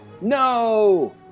No